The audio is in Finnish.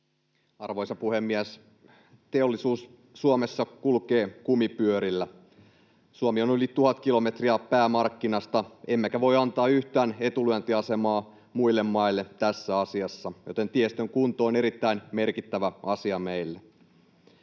Arvoisa puhemies! Teollisuus Suomessa kulkee kumipyörillä. Suomi on yli 1 000 kilometriä päämarkkinasta, emmekä voi antaa yhtään etulyöntiasemaa muille maille tässä asiassa, joten tiestön kunto on erittäin merkittävä asia meille,